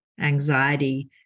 anxiety